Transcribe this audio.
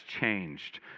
changed